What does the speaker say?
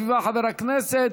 חברי הכנסת,